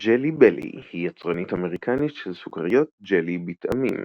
ג'לי בלי היא יצרנית אמריקנית של סוכריות ג'לי בטעמים.